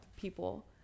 people